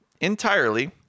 entirely